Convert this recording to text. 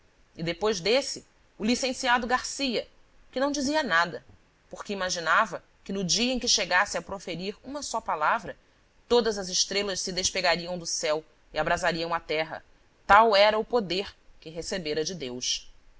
e depois desse o licenciado garcia que não dizia nada porque imaginava que no dia em que chegasse a proferir uma só palavra todas as estrelas se despegariam do céu e abrasariam a terra tal era o poder que recebera de deus